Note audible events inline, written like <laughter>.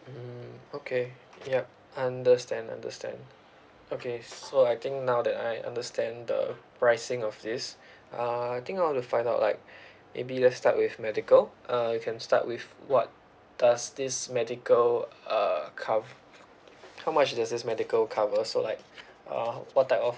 um okay yup understand understand okay so I think now that I understand the pricing of this <breath> uh I think I want to find out like <breath> maybe let's start with medical uh you can start with what does this medical uh cov~ how much does this medical cover so like uh what type of